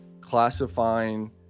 classifying